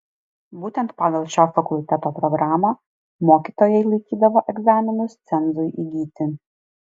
būtent pagal šio fakulteto programą mokytojai laikydavo egzaminus cenzui įgyti